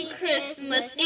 Christmas